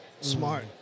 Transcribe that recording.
smart